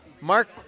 Mark